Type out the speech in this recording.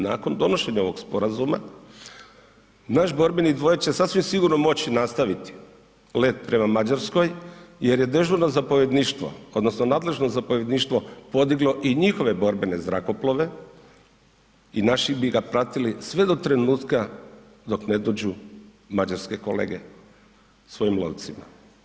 Nakon donošenja ovog sporazuma naš borbeni dvojac će sasvim sigurno moći nastaviti let prema Mađarskoj jer je dežurno zapovjedništvo odnosno nadležno zapovjedništvo podiglo i njihove borbene zrakoplove i naši bi ga pratili sve do trenutka dok ne dođu mađarske kolege svojim lovcima.